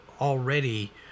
already